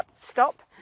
stop